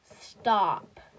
stop